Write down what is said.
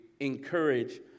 encourage